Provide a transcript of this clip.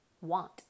want